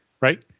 right